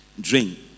drink